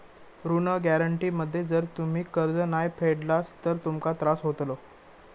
ऋण गॅरेंटी मध्ये जर तुम्ही कर्ज नाय फेडलास तर तुमका त्रास होतलो